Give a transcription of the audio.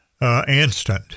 Instant